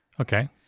Okay